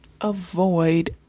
avoid